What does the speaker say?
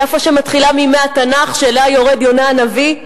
יפו, שמתחילה מימי התנ"ך, שאליה יורד יונה הנביא.